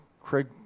Craig